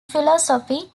philosophy